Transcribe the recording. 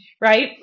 right